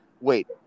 wait